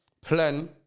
plan